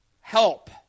Help